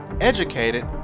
educated